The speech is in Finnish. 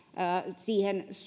siihen